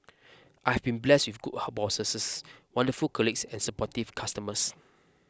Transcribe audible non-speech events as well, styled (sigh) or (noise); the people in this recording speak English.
I have been blessed with good (unintelligible) bosses wonderful colleagues and supportive customers